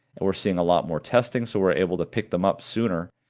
and we're seeing a lot more testing, so we're able to pick them up sooner,